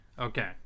Okay